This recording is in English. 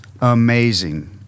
amazing